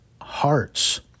hearts